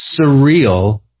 surreal